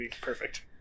perfect